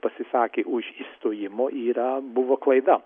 pasisakė už išstojimo yra buvo klaida